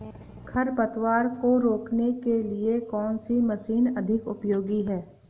खरपतवार को रोकने के लिए कौन सी मशीन अधिक उपयोगी है?